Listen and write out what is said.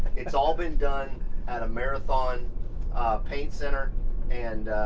it's all been done at a marathon paint center and